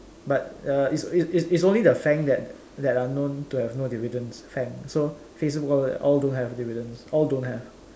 but uh it's it's it's only the Faang that that are known to have no dividends Faang so Facebook all that all don't have dividends all don't have